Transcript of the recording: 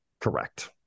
Correct